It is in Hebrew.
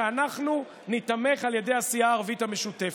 שאנחנו ניתמך על ידי הסיעה הערבית המשותפת.